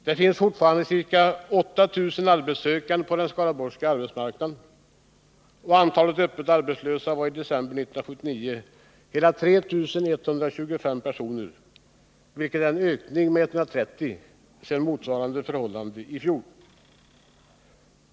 Det finns fortfarande ca 8000 arbetssökande på den skaraborgska arbetsmarknaden. Antalet öppet arbetslösa var i december 1979 hela 3 125 personer, vilket är en ökning med 130 i förhållande till motsvarande tid 1978.